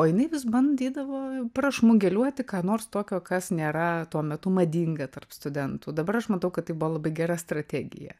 o jinai vis bandydavo prašmugeliuoti ką nors tokio kas nėra tuo metu madinga tarp studentų dabar aš matau kad tai buvo labai gera strategija